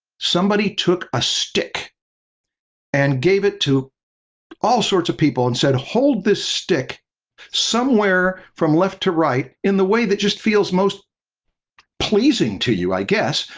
somebody took a stick and gave it to all sorts of people and said, hold this stick somewhere from left to right, in the way that just feels most pleasing to you, i guess.